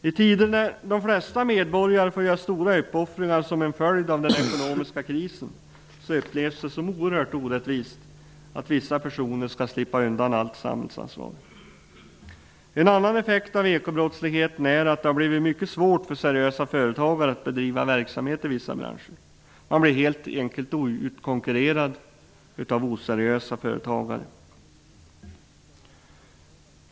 I tider när de flesta medborgare får göra stora uppoffringar som en följd av den ekonomiska krisen upplevs det som oerhört orättvist att vissa personer skall slippa undan allt samhällsansvar. En annan effekt av ekobrottsligheten är att det har blivit mycket svårt för seriösa företagare att bedriva verksamhet i vissa branscher. De blir helt enkelt utkonkurrerade av oseriösa företagare.